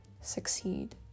succeed